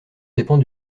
dépend